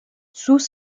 sus